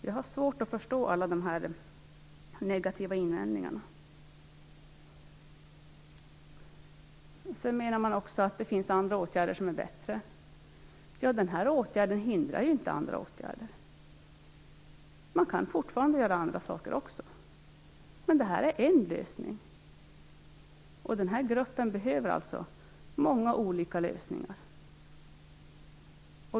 Jag har svårt att förstå alla negativa invändningar. Kritikerna menar också att det finns andra åtgärder som är bättre. Men den här åtgärden hindrar inte andra åtgärder. Det går fortfarande att göra även andra saker. Det här är en lösning, och den här gruppen behöver många olika lösningar.